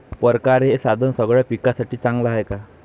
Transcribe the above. परकारं हे साधन सगळ्या पिकासाठी चांगलं हाये का?